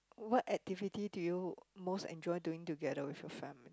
what activity do you most enjoy doing together with your family